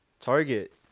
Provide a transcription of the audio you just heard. Target